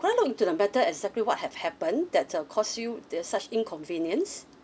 could I look into the matter exactly what have happened that uh cause you this such inconvenience